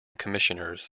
commissioners